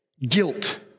guilt